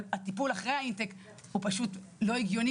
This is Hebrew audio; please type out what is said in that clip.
אבל הטפול אחרי האינטק הוא פשוט לא הגיוני